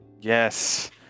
Yes